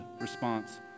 response